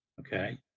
Okay